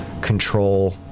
control